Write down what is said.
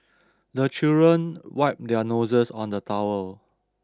the children wipe their noses on the towel